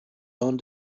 own